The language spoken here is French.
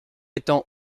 étant